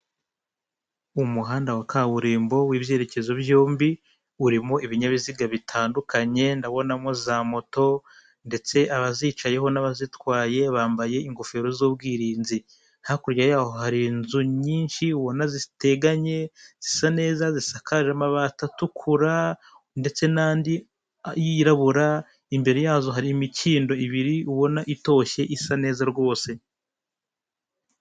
Umuhanda wa kaburimbo w'ibyerekezo byombi, urimo ibinyabiziga bitandukanye ndabonamo zamoto, ndetse abazicayeho n'abazitwaye bambaye ingofero z'ubwirinzi. Hakurya yaho hari inzu nyinshi ubona ziteganye zisa neza zisakaje amabati atukura, ndetse n'andi yirabura, imbere yazo hari imikindo ibiri ubona itoshye isa neza rwose.